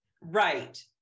Right